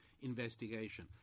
investigation